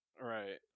Right